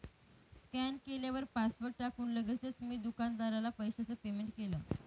scan केल्यावर password टाकून लगेचच मी दुकानदाराला पैशाचं पेमेंट केलं